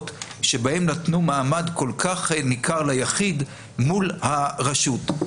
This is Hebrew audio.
בהן נתנו מעמד כל כך ניכר ליחיד מול הרשות.